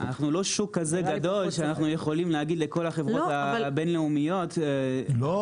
יכולים להגיד לכל החברות הבינלאומיות -- הוא יכול למכור לכולם,